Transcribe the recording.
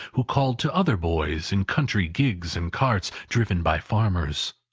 who called to other boys in country gigs and carts, driven by farmers.